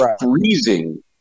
freezing